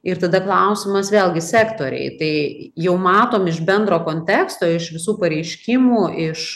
ir tada klausimas vėlgi sektoriai tai jau matom iš bendro konteksto iš visų pareiškimų iš